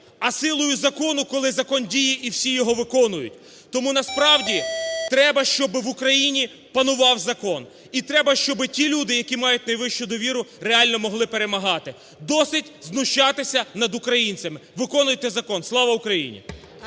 а силою закону, коли закон діє і всі його виконують. Тому насправді, треба, щоби в Україні панував закон, і треба, щоби ті люди, які мають найвищу довіру, реально могли перемагати. Досить знущатися над українцями! Виконуйте закон! Слава Україні!